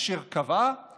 אשר קבעה